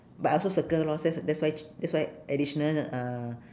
but I also circle lor that's the that's why ch~ that's why additional uh